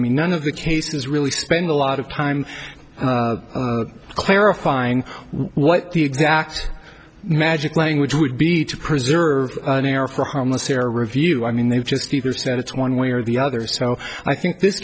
mean none of the cases really spend a lot of time clarifying what the exact magic language would be to preserve an era for harmless error review i mean they've just said it's one way or the other so i think this